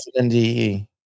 NDE